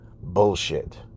bullshit